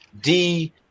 D-